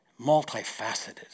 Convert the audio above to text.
multifaceted